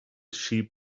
sheep